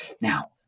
Now